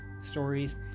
stories